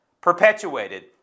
perpetuated